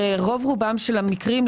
ברוב רובם של המקרים,